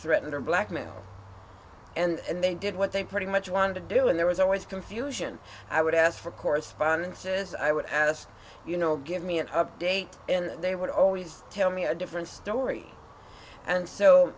threatened or blackmail and they did what they pretty much wanted to do and there was always confusion i would ask for correspondences i would ask you know give me an update and they would always tell me a different story and so